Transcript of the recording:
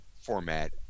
format